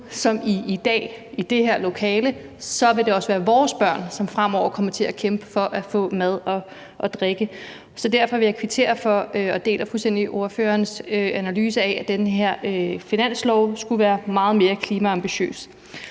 som i i dag i det her lokale, vil det også være vores børn, som fremover kommer til at kæmpe for at få mad og drikke. Så derfor vil jeg kvittere for det, og jeg deler fuldstændig ordførerens analyse af, at den her finanslov skulle være meget mere klimaambitiøs.